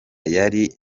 yari